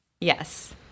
Yes